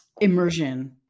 immersion